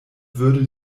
würden